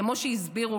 כמו שהסבירו